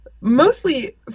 mostly